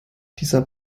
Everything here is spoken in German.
dieser